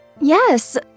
Yes